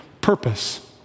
purpose